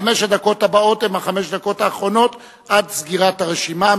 חמש הדקות הבאות הן חמש הדקות האחרונות עד סגירת הרשימה.